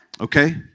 Okay